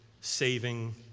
saving